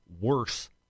worse